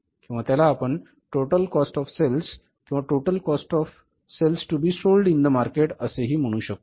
किंवा त्याला आपण टोटल कॉस्ट ऑफ सेल्स किंवा total cost of sales to be sold in the market असे ही म्हणू शकतो